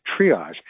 triage